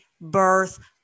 birth